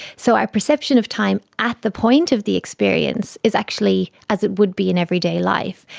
so our perception of time at the point of the experience is actually as it would be in everyday life,